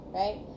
right